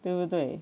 对不对